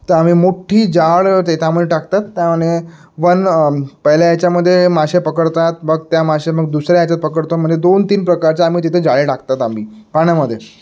तर आम्ही मोठ्ठी जाळं ते त्यामध्ये टाकतात त्यामध्ये वन पहिल्या याच्यामध्ये मासे पकडतात मग त्या मासे मग दुसऱ्या याचात पकडतो म्हणजे दोन तीन प्रकारचे आम्ही तिथे जाळे टाकतात आम्ही पाण्यामध्ये